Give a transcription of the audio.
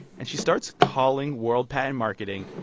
and she starts calling world patent marketing,